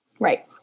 Right